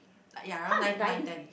ya around nine nine ten